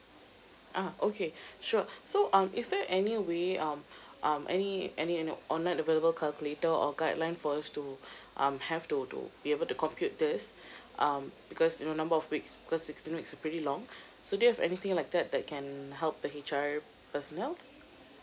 ah okay sure so um is there any way um um any any you know online available calculator or guideline for us to um have to to be able to compute this um because you know number of weeks because sixteen weeks is pretty long so do you have anything like that like can help the H_R personnel's